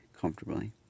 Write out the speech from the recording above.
comfortably